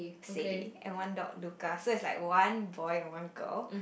Sadie and one dog Luca so is like one boy one girl